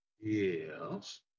Yes